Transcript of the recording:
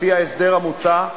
לפי ההסדר המוצע,